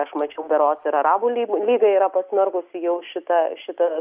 aš mačiau berods ir arabų lyga yra pasmerkusi jau šitą šitą